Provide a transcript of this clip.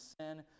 sin